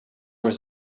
was